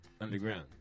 Underground